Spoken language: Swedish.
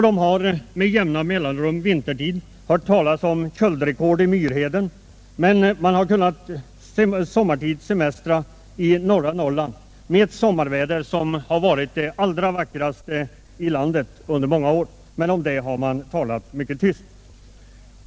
De har med jämna mellanrum vintertid hört talas om köldrekord i Myrheden, men de har sommartid kunnat semestra i norra Norrland med ett sommarväder som under många år har varit det allra vackraste i landet. Det har man dock talat tyst om.